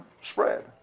spread